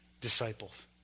disciples